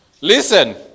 Listen